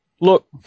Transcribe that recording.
Look